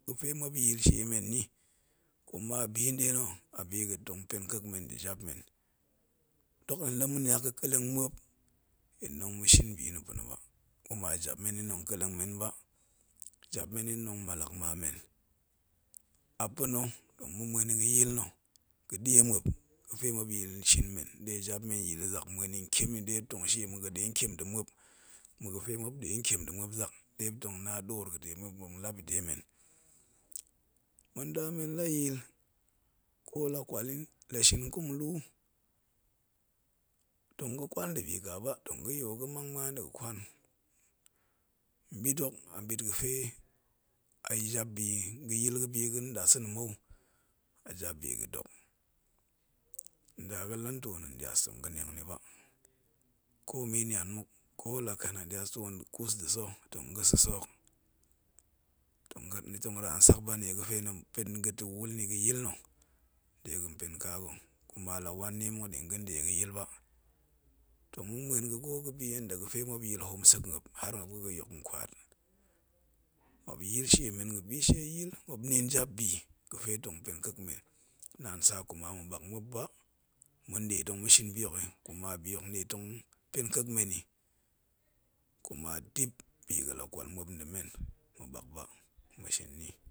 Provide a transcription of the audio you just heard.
Ga̱fe muop ya̱a̱l shie men nni, ku ma binɗe nna̱ a bi ga̱tong pen kek men nda̱ jap men, dok ɗin la ma̱niang ga̱ kelleng muop ɗin tong ma̱shin bi nna̱ pa̱na̱ ba kuma jap men ɗin nong kelleng men ba, jap men ɗin nong mallak ma men, a pa̱na tong ma̱ muen, yi ga̱yil nna̱ ga̱ ɗie muap ga̱fe muop ya̱a̱l shin mmen ɗe jap men ya̱a̱l yi zak muen yi ntien nni ɗe muop tong shieyi ma̱ ga̱ɗe ntiem nda̱ muop, ma̱ ga̱fe muop nɗe ntiem nda̱ muop zak, ɗe muop tong na ɗoor ga̱ɗe muop tong lap yi de men, ma̱n da men la ya̱a̱l, ko la kwal yin la shin nkonglu, tong ga̱kwalnda̱ bi ka ba tong ga̱yool ga mang muan da̱ ga̱ kwan, mɓit hok a ɓit ga̱fe a jabbi ga̱yil ga̱bi ga̱n nɗasa̱na̱ mo̱da jabhi gadok nda ga̱ la ntoo nda̱a̱n ɗias tong ga̱niang ni ba, komi nigu muk kola ken aɗias too kus nda̱ sa̱ tong ga sa̱sa̱ hok, tong ga̱ ni tong raa nsak ba, nnie gafe ni pen ga̱ta̱ wul nni ga̱yil nna̱ dega̱n pen ka ga̱ kuma la wan nie muk ɗin ya̱nɗe gayil ba, tong ma̱ muen ga̱gwo ga̱bi yen daga̱ fe muop ga̱ ga̱yok nkwat, muop ya̱a̱l shie men ga bishieyil muop nin jabbi gape tong pen kek men, naan sa kuma ma̱ɓak muop ba, ma̱nɗe tong ma̱shin bi hok yi, kuma bi ok nɗe tong pen kek men yi, kuma dip bi ga̱la kwal muop nda̱ men, maɓak ba, ma̱shin ni